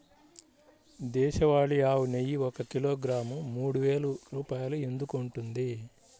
దేశవాళీ ఆవు నెయ్యి ఒక కిలోగ్రాము మూడు వేలు రూపాయలు ఎందుకు ఉంటుంది?